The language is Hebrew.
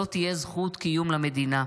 לא תהיה זכות קיום למדינה.